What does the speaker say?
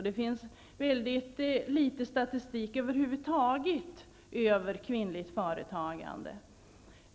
Det finns väldigt litet statistik över huvud taget över kvinnligt företagande.